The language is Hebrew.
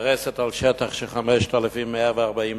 ומתפרסת על שטח של 5,140 דונם.